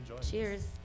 Cheers